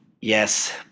Yes